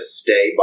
stay